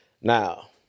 Now